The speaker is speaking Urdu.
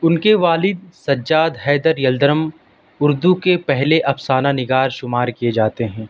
ان کے والد سجاد حیدر یلدرم اردو کے پہلے افسانہ نگار شمار کیے جاتے ہیں